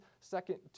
second